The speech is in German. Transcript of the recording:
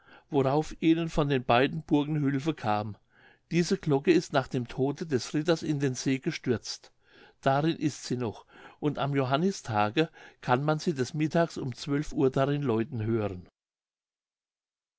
worauf ihnen von den beiden burgen hülfe kam diese glocke ist nach dem tode des ritters in den see gestürzt darin ist sie noch und am johannistage kann man sie des mittags um zwölf uhr darin läuten hören